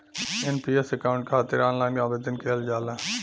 NPS account के खातिर online आवेदन किहल जाला